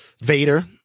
Vader